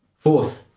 fourth,